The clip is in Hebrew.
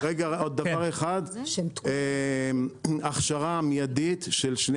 רגע, עוד דבר אחד, הכשרה מיידית של שני